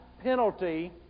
penalty